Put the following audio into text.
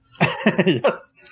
yes